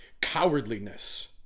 cowardliness